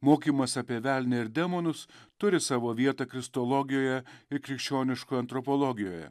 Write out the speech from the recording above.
mokymas apie velnią ir demonus turi savo vietą kristologijoje ir krikščioniškoje antropologijoje